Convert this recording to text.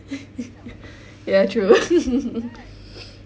ya true